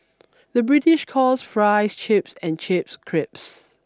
the British calls fries chips and chips crisps